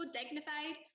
dignified